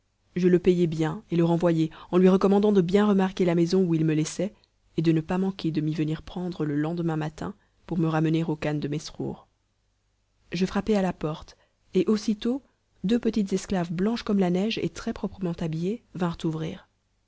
je le payai bien et le renvoyai en lui recommandant de bien remarquer la maison où il me laissait et de ne pas manquer de m'y venir prendre le lendemain matin pour me ramener au khan de mesrour je frappai à la porte et aussitôt deux petites esclaves blanches comme la neige et très-proprement habillées vinrent ouvrir